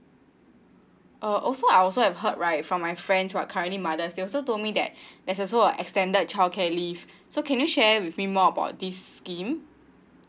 oh also I also have heard right from my friends what currently mother still so told me that there's also a extended childcare leave so can you share with me more about this scheme